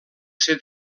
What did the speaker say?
ser